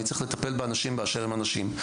אני צריך לטפל באנשים באשר הם אנשים.